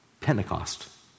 Pentecost